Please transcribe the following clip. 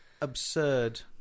absurd